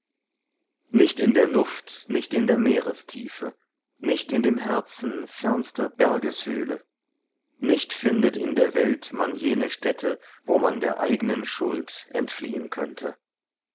nicht in der luft nicht in der meerestiefe nicht in dem herzen fernster bergeshöhle nicht findet in der welt man jene stätte wo man der eignen schuld entfliehen könnte